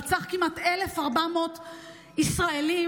רצח כמעט 1,400 ישראלים,